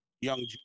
young